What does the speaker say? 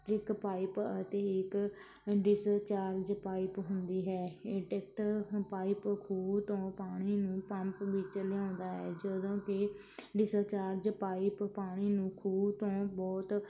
ਇੱਕ ਪਾਈਪ ਅਤੇ ਇੱਕ ਡਿਸਚਾਰਜ ਪਾਈਪ ਹੁੰਦੀ ਹੈ ਇਹ ਟਿਕਟ ਪਾਈਪ ਖੂਹ ਤੋਂ ਪਾਣੀ ਨੂੰ ਪੰਪ ਵਿੱਚ ਲਿਆਉਂਦਾ ਹੈ ਜਦੋਂ ਕਿ ਡਿਸਚਾਰਜ ਪਾਈਪ ਪਾਣੀ ਨੂੰ ਖੂਹ ਤੋਂ ਬਹੁਤ